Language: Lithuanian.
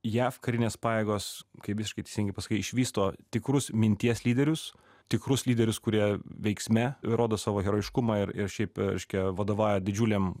jav karinės pajėgos kaip visiškai teisingai pasakei išvysto tikrus minties lyderius tikrus lyderius kurie veiksme rodo savo herojiškumą ir ir šiaip reiškia vadovauja didžiulėm